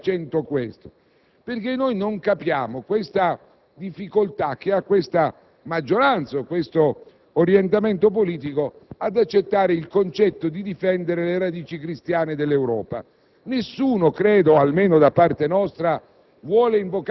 francamente estremamente riduttivo. Accentuo questo aspetto perché non capiamo la difficoltà che hanno questa maggioranza e questo orientamento politico ad accettare il concetto di difendere le radici cristiane dell'Europa.